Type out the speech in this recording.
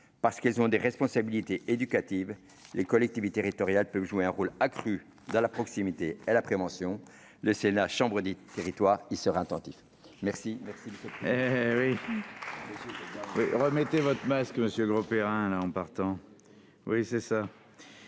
parce qu'elles ont des responsabilités éducatives, les collectivités territoriales peuvent jouer un rôle accru dans la proximité et la prévention. Le Sénat, chambre des territoires, y sera attentif !